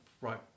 right